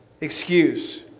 excuse